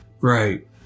right